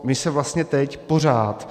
My se vlastně teď pořád...